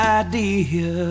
idea